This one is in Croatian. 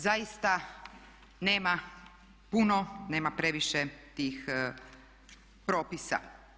Zaista nema puno, nema previše tih propisa.